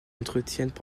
entretiennent